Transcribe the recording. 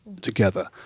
together